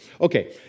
Okay